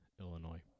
Illinois